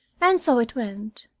and so it went.